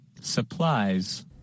Supplies